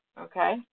Okay